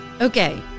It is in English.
Okay